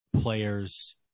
players